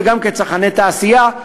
וגם כצרכני תעשייה,